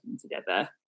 together